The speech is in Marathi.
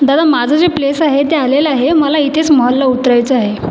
दादा माझं जे प्लेस आहे ते आलेलं आहे मला इथेच मॉलला उतरायचं आहे